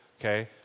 okay